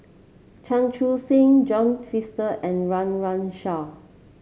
Chan Chun Sing John Fraser and Run Run Shaw